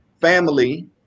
family